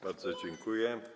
Bardzo dziękuję.